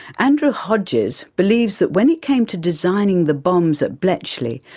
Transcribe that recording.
andrew hodges believes that when it came to designing the bombes at bletchley,